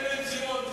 מן המהלך הזה.